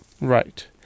Right